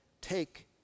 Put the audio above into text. Take